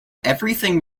everything